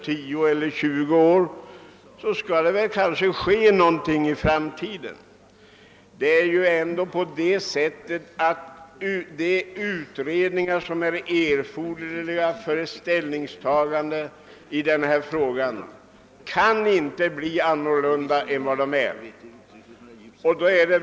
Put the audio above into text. Det kanske dröjer 5—96 år, det kanske dröjer 10 eller 20 år.